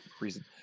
reason